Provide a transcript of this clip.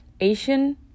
Asian